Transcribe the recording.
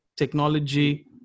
technology